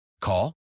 Call